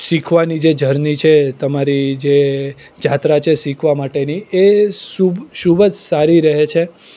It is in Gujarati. શીખવાની જે જર્ની છે તમારી જે જાત્રા છે શીખવા માટેની એ શુભ સુખદ સારી રહે છે